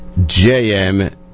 JM